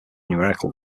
numerical